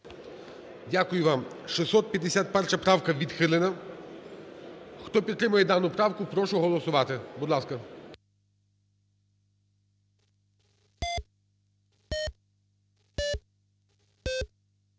Дякую вам. 651 правка відхилена. Хто підтримує дану правку, прошу голосувати, будь ласка.